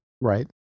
right